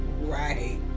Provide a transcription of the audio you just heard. Right